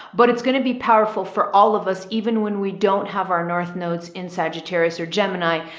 but it's going to be powerful for all of us, even when we don't have our north nodes in sagittarius or gemini,